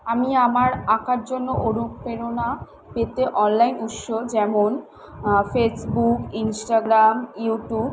আমি আমার আঁকার জন্য অনুপ্রেরণা পেতে অনলাইন উৎস যেমন ফেসবুক ইনস্ট্রাগ্রাম ইউটিউব